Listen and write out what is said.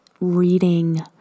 reading